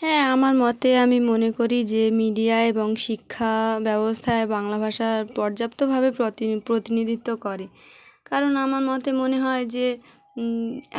হ্যাঁ আমার মতে আমি মনে করি যে মিডিয়া এবং শিক্ষা ব্যবস্থায় বাংলা ভাষা পর্যাপ্তভাবে প্রতিনিধিত্ব করে কারণ আমার মতে মনে হয় যে